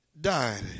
died